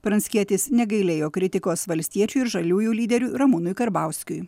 pranckietis negailėjo kritikos valstiečių ir žaliųjų lyderiui ramūnui karbauskiui